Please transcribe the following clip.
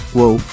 Whoa